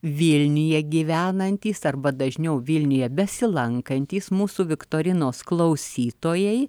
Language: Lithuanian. vilniuje gyvenantys arba dažniau vilniuje besilankantys mūsų viktorinos klausytojai